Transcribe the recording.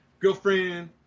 girlfriend